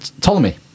Ptolemy